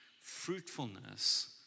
Fruitfulness